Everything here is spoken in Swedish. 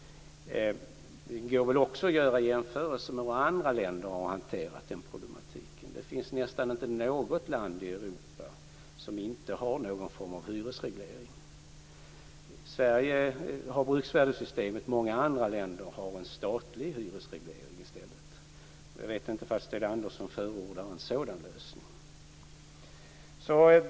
Låt mig också göra en jämförelse med hur andra länder har hanterat den här problematiken. Det finns nästan inte något land i Europa som inte har någon form av hyresreglering. Sverige har bruksvärdessystemet, medan många andra länder i stället har en statlig hyresreglering. Jag vet inte om Sten Andersson förordar en sådan lösning.